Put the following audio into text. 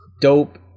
dope